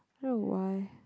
I don't know why